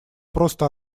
просто